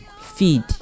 feed